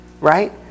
right